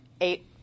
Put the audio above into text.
eight –